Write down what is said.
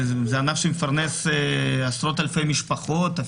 זה ענף שמפרנס עשרות אלפי משפחות,